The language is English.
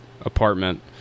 apartment